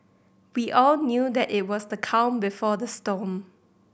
we all knew that it was the calm before the storm